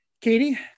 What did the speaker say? katie